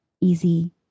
easy